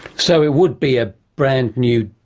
so it would be a brand new,